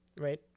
Right